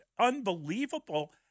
unbelievable